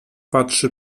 patrzy